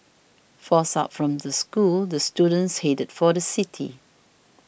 forced out from the schools the students headed for the city